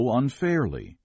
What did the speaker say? unfairly